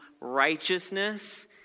righteousness